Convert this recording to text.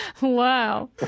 Wow